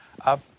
up